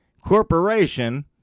corporation